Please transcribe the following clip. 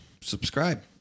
subscribe